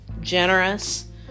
generous